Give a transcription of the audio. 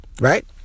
right